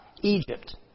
Egypt